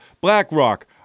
BlackRock